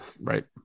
right